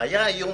איום